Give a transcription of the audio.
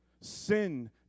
Sin